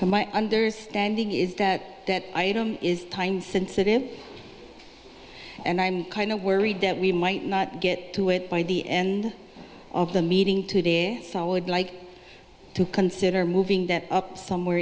one my understanding is that that item is time sensitive and i'm kind of worried that we might not get to it by the end of the meeting today so i would like to consider moving that up somewhere